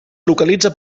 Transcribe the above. localitza